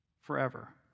forever